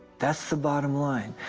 that's the bottom line.